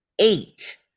Eight